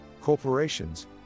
Corporations